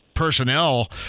personnel